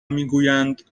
میگویند